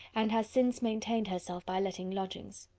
and has since maintained herself by letting lodgings.